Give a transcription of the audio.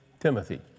Timothy